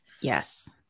Yes